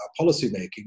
policymaking